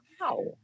Wow